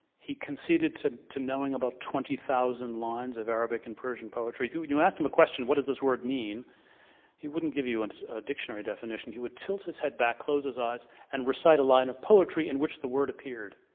he conceded to to knowing about twenty thousand lines of arabic and persian poetry. when you and you asked him a question what does this word mean he wouldn't give you and a dictionary definition he would tilt his head back, close his eyes and recite a line of poetry in which the word appeared.